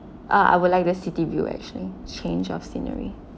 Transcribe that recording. uh I would like the city view actually change of scenery